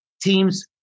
teams